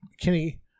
Kenny